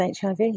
HIV